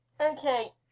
Okay